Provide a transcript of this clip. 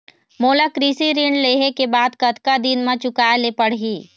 मोला कृषि ऋण लेहे के बाद कतका दिन मा चुकाए ले पड़ही?